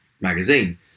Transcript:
magazine